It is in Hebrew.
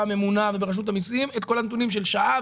הממונה וברשות המיסים את כל הנתונים של שעה,